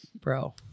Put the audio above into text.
bro